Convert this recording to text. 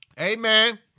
Amen